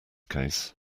case